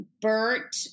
Bert